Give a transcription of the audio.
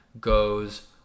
goes